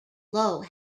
lowe